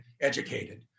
educated